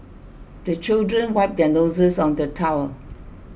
the children wipe their noses on the towel